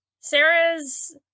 Sarah's